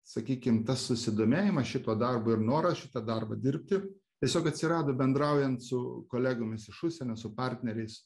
sakykim tas susidomėjimas šituo darbu ir noras šitą darbą dirbti tiesiog atsirado bendraujant su kolegomis iš užsienio su partneriais